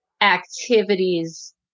activities